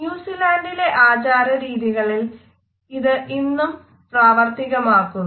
ന്യൂസിലൻഡിലെ ആചാരരീതികളിൽ ഇത് ഇന്നും പ്രവർത്തികമാക്കുന്നു